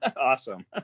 awesome